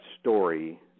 story